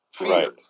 Right